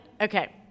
Okay